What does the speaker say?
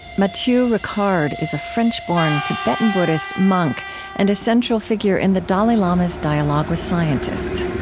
matthieu ricard is a french-born, tibetan buddhist monk and a central figure in the dalai lama's dialogue with scientists.